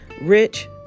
rich